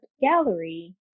gallery